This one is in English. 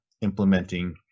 implementing